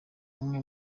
bamwe